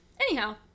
Anyhow